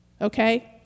Okay